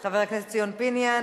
מס' 5) (הצגת מועמדות לכהונה נוספת של רב ראשי לישראל),